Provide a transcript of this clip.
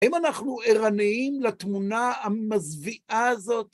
האם אנחנו ערניים לתמונה המזויעה הזאת?